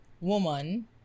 woman